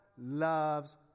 loves